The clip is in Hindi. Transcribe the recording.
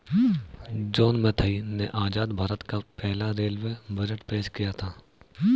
जॉन मथाई ने आजाद भारत का पहला रेलवे बजट पेश किया था